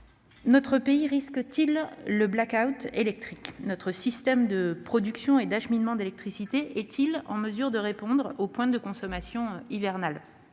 Notre pays risque-t-il le blackout électrique ? Notre système de production et d'acheminement d'électricité est-il en mesure de répondre aux pointes de consommation hivernales ?